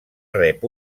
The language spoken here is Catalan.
rep